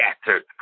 scattered